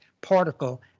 particle